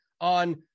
on